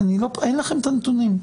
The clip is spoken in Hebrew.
אין לכם את הנתונים.